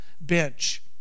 bench